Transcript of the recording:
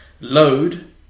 load